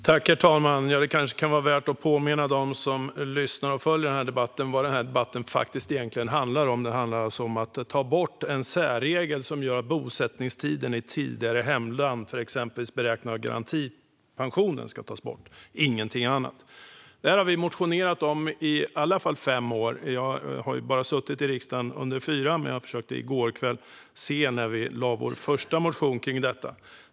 Herr talman! Det kanske kan vara värt att påminna dem som lyssnar på och följer denna debatt om vad den egentligen handlar om. Den handlar om att ta bort en särregel som gör att bosättningstiden i ett tidigare hemland för exempelvis beräkning av garantipension tas bort, ingenting annat. Vi har motionerat om detta i åtminstone fem år. Jag har bara suttit i riksdagen i fyra år, och i går kväll försökte jag se när vi väckte vår första motion om detta.